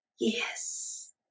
Yes